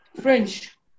French